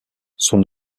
son